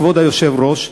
כבוד היושב-ראש,